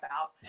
out